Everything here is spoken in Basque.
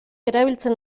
erabiltzen